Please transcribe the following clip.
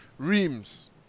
Reams